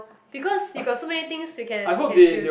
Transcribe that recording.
because you got so many things you can you can choose